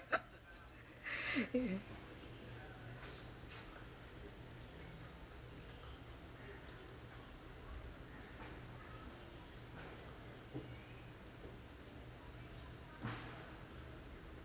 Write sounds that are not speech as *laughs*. *laughs*